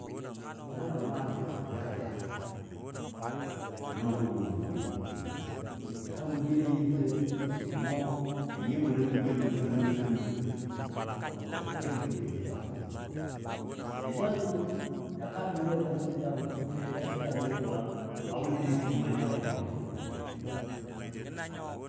na na bə maalɛ nyi təmɔ fɛka fɛka, nəngɔ jʊgɔ mən koi kan gwilɛ nyi fəlen, mɔ a nyiyo munɔ gəm nyiyo mʊn fəl munɔ n fəl mun, a bʊmbɔ kebo jʊ ja jou jangajele. Jəjaləno kaabɔ nəl wo jatəm jəjalən, ben ja jəjaləno nən yʊlan a wʊnɨ nəfitəmo nyale ja wo a kanga mun təmʊni.